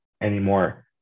anymore